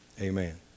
amen